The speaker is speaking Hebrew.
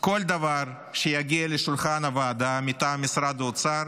כל דבר שיגיע לשולחן הוועדה מטעם משרד האוצר,